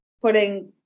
putting